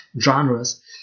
genres